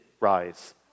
rise